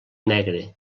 negre